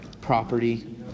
property